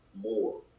more